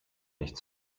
nicht